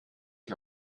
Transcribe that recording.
ich